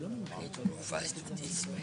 לתשובה.